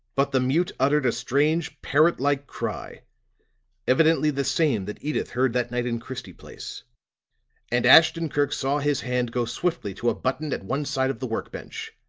but the mute uttered a strange parrot-like cry evidently the same that edyth heard that night in christie place and ashton-kirk saw his hand go swiftly to a button at one side of the work-bench.